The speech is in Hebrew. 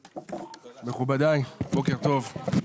מכובדיי, בוקר טוב.